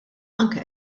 anke